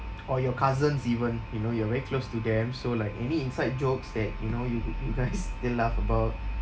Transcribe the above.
or your cousins even you know you are very close to them so like any inside jokes that you know you you guys still laugh about